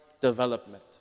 development